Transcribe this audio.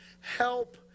help